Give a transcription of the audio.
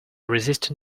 resisting